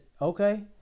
okay